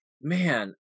man